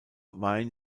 wein